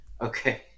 okay